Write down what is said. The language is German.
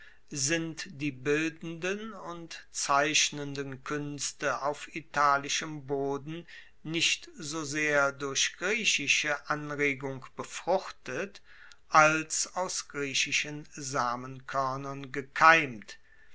sind die bildenden und zeichnenden kuenste auf italischem boden nicht so sehr durch griechische anregung befruchtet als aus griechischen samenkoernern gekeimt